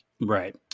Right